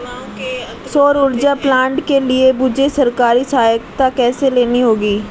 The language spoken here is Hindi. सौर ऊर्जा प्लांट के लिए मुझे सरकारी सहायता कैसे लेनी होगी?